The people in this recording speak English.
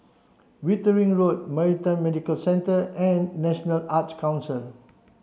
Wittering Road Maritime Medical Centre and National Arts Council